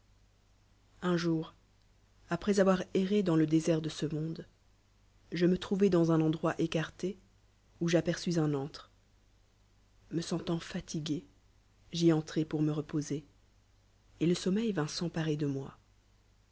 un jour après avoir erré dans le désert de ce monde je me tronv i dans un endroit écarté où j'aperçus un antre me sentant fiu igué j'y entrai pour me reposer et le sommeil vint s'emparer de moi